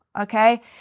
Okay